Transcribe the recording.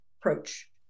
approach